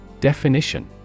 Definition